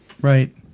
Right